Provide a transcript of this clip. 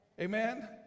Amen